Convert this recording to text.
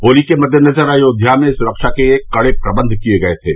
होली के मद्देनजर अयोध्या में सुरक्षा के कड़े प्रदंध किए गये थे